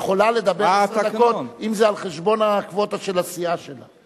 היא יכולה לדבר עשר דקות אם זה על חשבון הקווטה של הסיעה שלה.